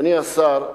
אדוני השר,